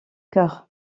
chœur